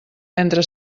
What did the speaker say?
entre